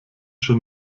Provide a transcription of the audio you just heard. schon